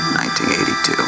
1982